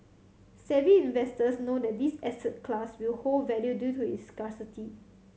savvy investors know that this asset class will hold value due to its scarcity